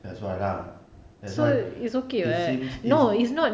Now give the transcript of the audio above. that's why lah that's why it seems it's